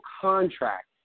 contract